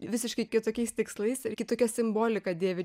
visiškai kitokiais tikslais ir kitokia simbolika dėvi